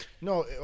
No